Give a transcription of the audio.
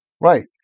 Right